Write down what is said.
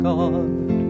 God